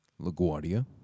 LaGuardia